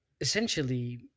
essentially